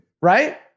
right